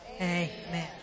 Amen